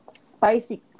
Spicy